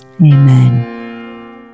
Amen